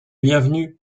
bienvenu